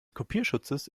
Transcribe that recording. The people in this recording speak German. kopierschutzes